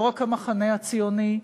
לא רק המחנה הציוני,